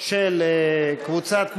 של קבוצת מרצ,